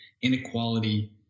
inequality